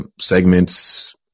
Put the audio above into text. segments